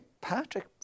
Patrick